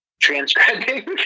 Transcribing